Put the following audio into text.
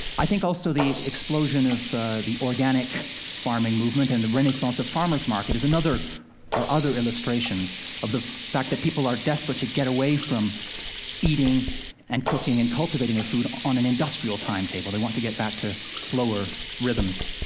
i think also the explosion of the organic farming movement, and the renaissance of farmers' markets, and are other illustrations of the fact that people are desperate to get away from eating and cooking and cultivating their food on an industrial timetable. they want to get back to slower rhythms.